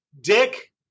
Dick